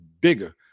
bigger